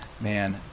man